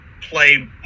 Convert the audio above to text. play